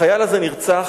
החייל הזה נרצח